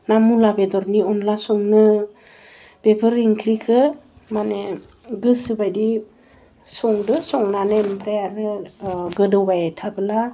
ना मुला बेदरनि अनला संनो बेफोर ओंख्रिखौ मानि गोसो बायदि संदों संनानै आमफ्राइ आरो गोदौबाय थाबोला